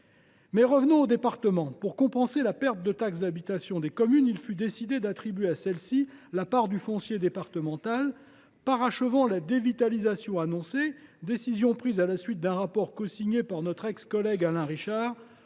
Mais revenons aux départements : pour compenser la perte de taxe d’habitation des communes, il fut décidé d’attribuer à celles ci une part du foncier départemental, parachevant la dévitalisation annoncée. Cette décision fut prise à la suite de la publication d’un rapport cosigné par notre ex collègue Alain Richard,